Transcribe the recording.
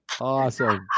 Awesome